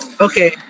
okay